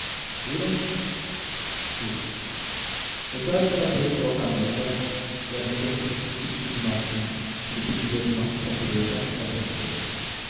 moral juras juro melchior desabrochou a camisa e aventou um crucifixo de marfim que lhe pendia de uma fita preta ao pescoço